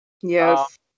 Yes